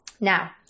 Now